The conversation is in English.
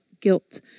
guilt